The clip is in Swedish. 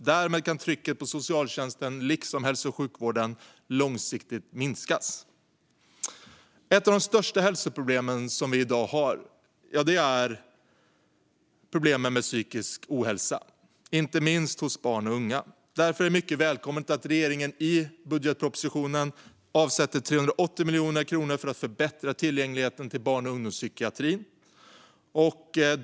Därmed kan trycket på socialtjänsten liksom hälso och sjukvården långsiktigt minskas. Ett av de största hälsoproblem vi har i dag är problemen med psykisk ohälsa, inte minst hos barn och unga. Därför är det mycket välkommet att regeringen i budgetpropositionen avsätter 380 miljoner kronor för att förbättra tillgängligheten till barn och ungdomspsykiatrin.